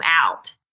out